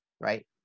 right